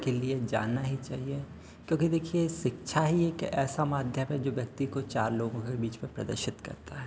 के लिए जाना ही चाहिए क्योंकि देखिए शिक्षा ही एक ऐसा माध्यम है जो व्यक्ति को चार लोगों से बीच में प्रदर्शित करता है